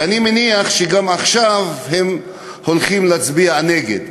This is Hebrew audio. ואני מניח שגם עכשיו הם הולכים להצביע נגד,